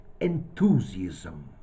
enthusiasm